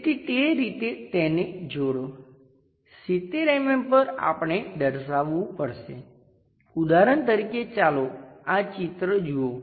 તેથી તે રીતે તેને જોડો 70 mm પર આપણે દર્શાવવું પડશે ઉદાહરણ તરીકે ચાલો આ ચિત્ર જુઓ